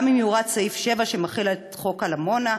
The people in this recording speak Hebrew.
גם אם יורד סעיף 7, שמחיל את החוק על עמונה.